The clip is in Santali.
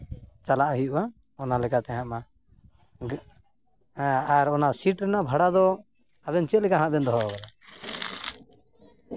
ᱪᱟᱞᱟᱜ ᱦᱩᱭᱩᱜᱼᱟ ᱚᱱᱟ ᱞᱮᱠᱟᱛᱮ ᱦᱟᱸᱜ ᱢᱟ ᱦᱮᱸ ᱟᱨ ᱚᱱᱟ ᱥᱤᱴ ᱨᱮᱱᱟᱜ ᱵᱷᱟᱲᱟ ᱫᱚ ᱟᱵᱮᱱ ᱪᱮᱫ ᱞᱮᱠᱟᱵᱮᱱ ᱫᱚᱦᱚ ᱟᱠᱟᱫᱟ